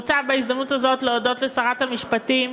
בהזדמנות הזאת אני רוצה להודות לשרת המשפטים